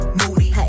moody